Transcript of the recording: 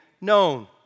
known